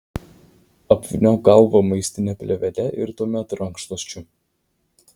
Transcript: apvyniok galvą maistine plėvele ir tuomet rankšluosčiu